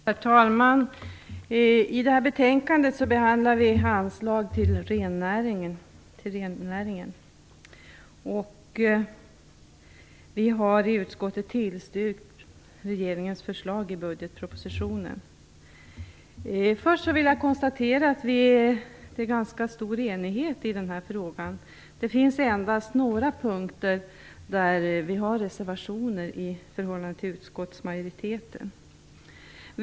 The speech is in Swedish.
Herr talman! I det här betänkandet behandlas anslag till rennäringen. Vi har i utskottet tillstyrkt regeringens förslag i budgetpropositionen. Först vill jag konstatera att det råder ganska stor enighet i den här frågan. Det är endast på några punkter som det finns reservationer till utskottsmajoritetens förslag.